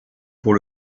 pour